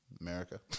America